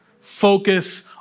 Focus